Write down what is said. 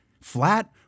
Flat